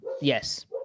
Yes